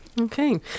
Okay